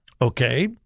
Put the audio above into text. Okay